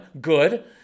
Good